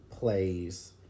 plays